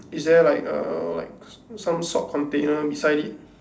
is there like a like some salt container beside it